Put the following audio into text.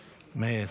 מאיר,